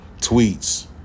tweets